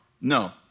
No